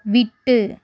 விட்டு